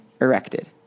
erected